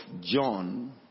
John